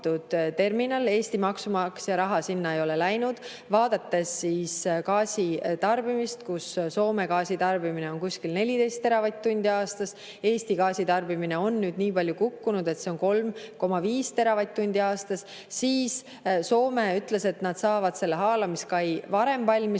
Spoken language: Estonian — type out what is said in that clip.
terminal. Eesti maksumaksja raha sinna ei ole läinud. Vaadates gaasi tarbimist, kui Soome gaasitarbimine on kuskil 14 teravatt-tundi aastas, Eesti gaasitarbimine on nüüd nii palju kukkunud, et see on 3,5 teravatt-tundi aastas, siis Soome ütles, et nad saavad haalamiskai varem valmis,